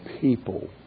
people